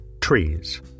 trees